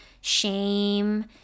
Shame